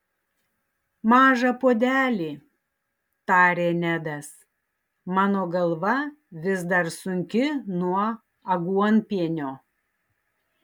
mažą puodelį tarė nedas mano galva vis dar sunki nuo aguonpienio